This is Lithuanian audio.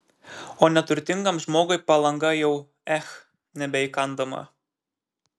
o neturtingam žmogui palanga jau ech nebeįkandama